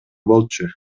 болчу